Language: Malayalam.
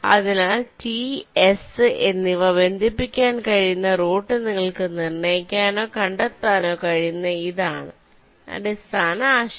അതിനാൽ ടി എസ് എന്നിവ ബന്ധിപ്പിക്കാൻ കഴിയുന്ന റൂട്ട് നിങ്ങൾക്ക് നിർണ്ണയിക്കാനോ കണ്ടെത്താനോ കഴിയുന്നത് ഇതാണ് അടിസ്ഥാന ആശയം